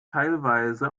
teilweise